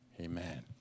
Amen